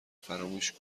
فراموش